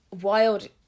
wild